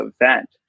event